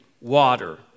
water